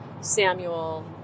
Samuel